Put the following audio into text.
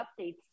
updates